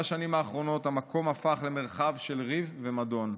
בשנים האחרונות המקום הפך למרחב של ריב ומדון,